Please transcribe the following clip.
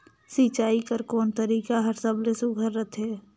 सिंचाई कर कोन तरीका हर सबले सुघ्घर रथे?